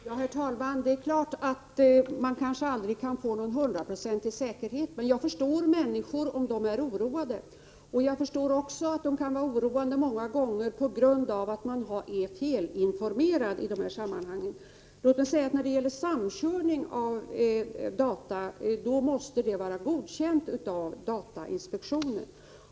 Herr talman! Det är klart att man aldrig kan få hundraprocentig säkerhet. Men jag förstår om människor är oroade, och jag förstår också om de många gånger kan vara oroade på grund av att de är felinformerade. Jag vill påpeka att samkörning av databaser måste vara godkänd av datainspektionen.